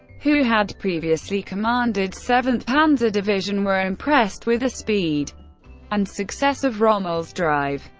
who had previously commanded seventh panzer division, were impressed with the speed and success of rommel's drive.